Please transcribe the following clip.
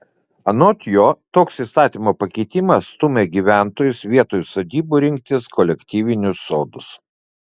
anot jo toks įstatymo pakeitimas stumia gyventojus vietoj sodybų rinktis kolektyvinius sodus